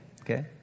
okay